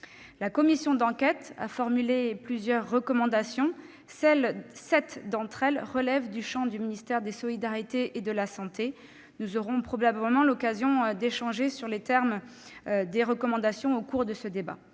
La commission d'enquête a formulé plusieurs recommandations ; sept d'entre elles relèvent du champ du ministère des solidarités et de la santé. Nous aurons probablement l'occasion d'échanger, au cours de ce débat,